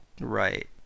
Right